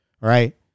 right